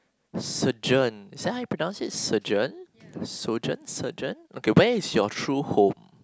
surgeon is that how you pronouce it surgeon sojourn surgeon okay where is your true home